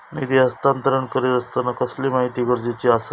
निधी हस्तांतरण करीत आसताना कसली माहिती गरजेची आसा?